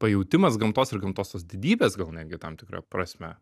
pajautimas gamtos ir gamtos tos didybės gal netgi tam tikra prasme